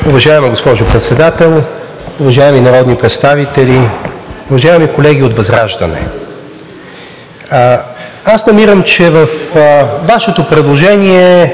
Уважаема госпожо Председател, уважаеми народни представители! Уважаеми колеги от ВЪЗРАЖДАНЕ, аз намирам, че във Вашето предложение